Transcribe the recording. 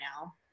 now